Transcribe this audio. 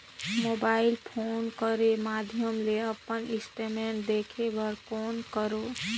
Mobile phone कर माध्यम ले अपन स्टेटमेंट देखे बर कौन करों?